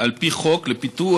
על פי חוק לפיתוח,